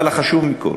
אבל החשוב מכול